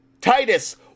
Titus